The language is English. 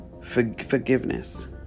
forgiveness